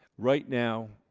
right now,